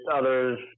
others